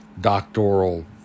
doctoral